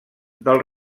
del